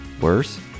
Worse